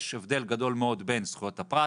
יש הבדל גדול מאוד בין זכויות הפרט